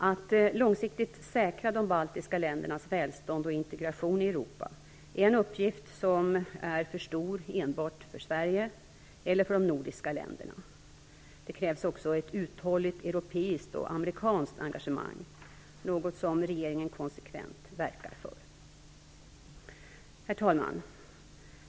Att långsiktigt säkra de baltiska ländernas välstånd och integration i Europa är en uppgift som är för stor enbart för Sverige eller för de nordiska länderna. Det kärvs också ett uthålligt europeiskt och amerikanskt engagemang - något som regeringen konsekvent verkar för. Herr talman!